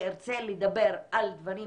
כשארצה לדבר על דברים